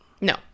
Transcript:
No